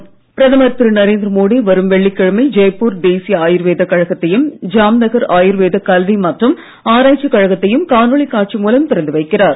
மோடி ஆயுர்வேதம் பிரதமர் திரு நரேந்திர மோடி வரும் வெள்ளிக்கிழமை ஜெய்பூர் தேசிய ஆயுர்வேதக் கழகத்தையும் ஜாம்நகர் ஆயுர்வேதக் கல்வி மற்றும் ஆராய்ச்சிக் கழகத்தையும் காணொளி காட்சி மூலம் திறந்து வைக்கிறார்